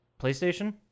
PlayStation